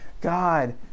God